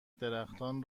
درختان